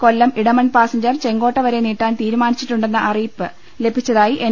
കൊല്ലം Edamon passenger Chenkotta വരെ നീട്ടാൻ തീരുമാനിച്ചിട്ടുണ്ടെന്ന അറിയിപ്പ് ലഭിച്ചതായി എൻ